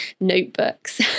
notebooks